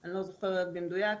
ואני לא זוכרת במדויק,